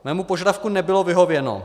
Mému požadavku nebylo vyhověno.